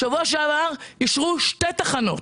בשבוע שעבר אישרו שתי תחנות.